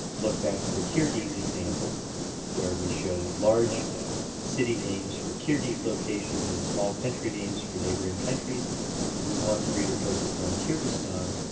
look back to the kyrgyz example where we show large city names for kyrgyz locations and small country names for neighboring countries because we want the reader focused on kyrgyzstan.